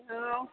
ہاں